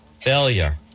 failure